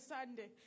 Sunday